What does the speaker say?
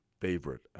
favorite